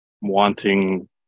wanting